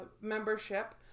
membership